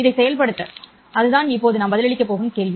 இதை செயல்படுத்த அதுதான் இப்போது நாம் பதிலளிக்கப் போகும் கேள்வி